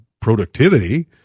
productivity